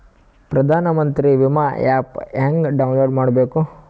ಪ್ರಧಾನಮಂತ್ರಿ ವಿಮಾ ಆ್ಯಪ್ ಹೆಂಗ ಡೌನ್ಲೋಡ್ ಮಾಡಬೇಕು?